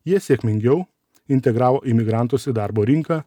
jie sėkmingiau integravo imigrantus į darbo rinką